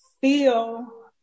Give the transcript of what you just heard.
feel